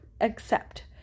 accept